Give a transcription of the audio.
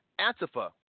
antifa